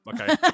okay